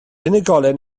unigolyn